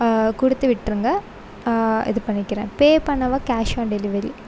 கொடுத்து விட்டிருங்க இது பண்ணிக்கிறேன் பே பண்ணவா கேஷ் ஆன் டெலிவரி